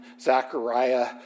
Zechariah